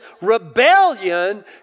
rebellion